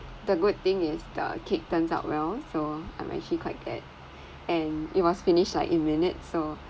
the good thing is the cake turns out well so I'm actually quite good and it was finished like in minutes so